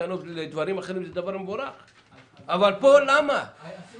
אם תגידו